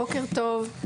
בוקר טוב.